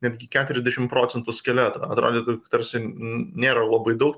netgi keturiasdešimt procentų skeleto atrodytų tarsi nėra labai daug